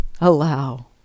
allow